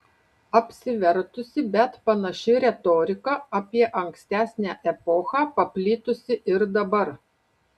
apsivertusi bet panaši retorika apie ankstesnę epochą paplitusi ir dabar